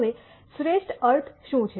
હવે શ્રેષ્ઠ અર્થ શું છે